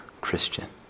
Christian